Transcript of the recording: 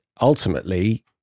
ultimately